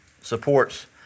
supports